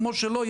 כמו שלו,